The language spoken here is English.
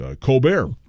Colbert